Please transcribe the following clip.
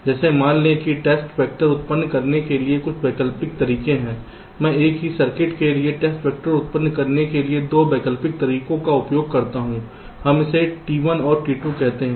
जैसे मान लें कि टेस्ट वैक्टर उत्पन्न करने के कुछ वैकल्पिक तरीके हैं मैं एक ही सर्किट के लिए टेस्ट वैक्टर उत्पन्न करने के लिए 2 वैकल्पिक तरीकों का उपयोग करता हूं हम इसे T1 और T2 कहते हैं